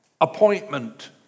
appointment